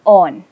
on